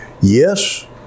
yes